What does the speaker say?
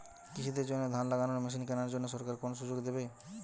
কৃষি দের জন্য ধান লাগানোর মেশিন কেনার জন্য সরকার কোন সুযোগ দেবে?